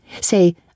say